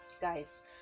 guys